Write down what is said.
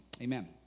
amen